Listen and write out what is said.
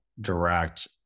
direct